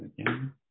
again